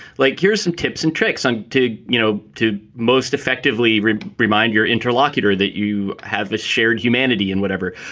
like here's some tips and tricks on to, you know, to most effectively remind your interlocutor that you have the shared humanity and whatever